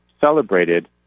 celebrated